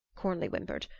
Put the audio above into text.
cornley whimpered.